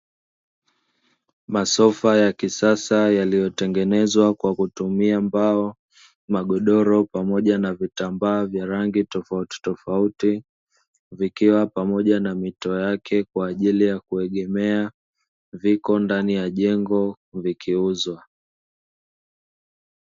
Masofa ya kisasa yaliyotengenezwa kwa kutumia mbao, magodoro, pamoja na vitambaa vya rangi tofautitofauti, vikiwa pamoja na mito yake kwa ajili ya kuegemea, viko ndani ya jengo vikiuzwa.